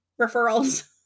referrals